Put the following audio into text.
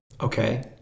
Okay